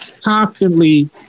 constantly